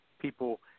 people –